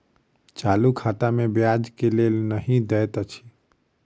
चालू खाता मे ब्याज केल नहि दैत अछि